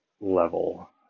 level